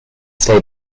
stay